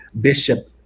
Bishop